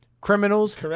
Criminals